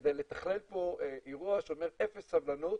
כדי לתכלל פה אירוע שאומר אפס סבלנות